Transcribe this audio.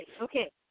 okay